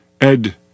Ed